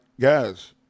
guys